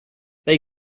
they